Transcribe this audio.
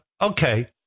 Okay